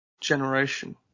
generation